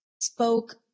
spoke